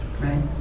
Right